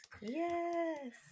Yes